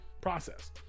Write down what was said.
process